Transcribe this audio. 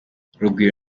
rugwiro